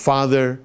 Father